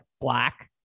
black